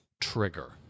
trigger